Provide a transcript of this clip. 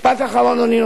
משפט אחרון, אדוני.